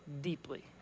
deeply